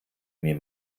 mir